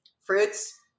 fruits